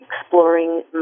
exploring